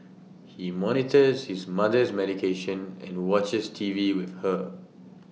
he monitors his mother's medication and watches T V with her